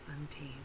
untamed